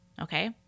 Okay